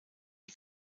die